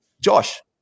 Josh